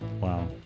Wow